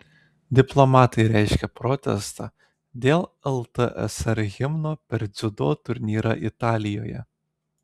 diplomatai reiškia protestą dėl ltsr himno per dziudo turnyrą italijoje